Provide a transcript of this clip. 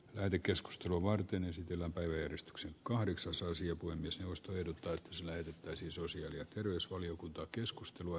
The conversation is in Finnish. lähetekeskustelua varten ensin lämpöeristyksen kahdeksas asia kuin myös jaosto ehdottaa sille pitäisi suosia ja arvoisa puhemies